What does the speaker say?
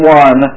one